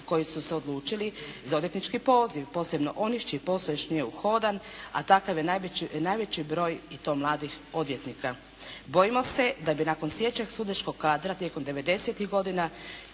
koji su se odlučili za odvjetnički poziv, posebno onih čiji posao još nije uhodan, a takav je najveći broj i to mladih odvjetnika. Bojimo se da bi nakon …/Govornica se ne razumije./… sudačkog kadra tijekom 90-tih godina,